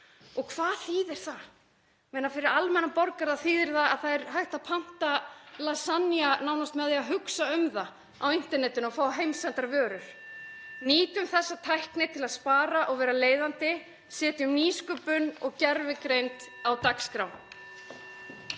Og hvað þýðir það? Fyrir almennan borgara þýðir það að hægt er að panta lasagna nánast með því að hugsa um það á internetinu og fá heimsendar vörur. (Forseti hringir.) Nýtum þessa tækni til að spara og vera leiðandi; setjum nýsköpun og gervigreind á dagskrá.